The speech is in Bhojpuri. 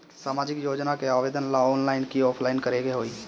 सामाजिक योजना के आवेदन ला ऑनलाइन कि ऑफलाइन करे के होई?